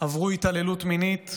עברו התעללות מינית,